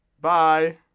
bye